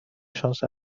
شانس